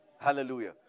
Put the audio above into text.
Hallelujah